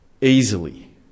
easily